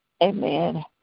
Amen